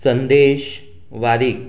संदेश वारीक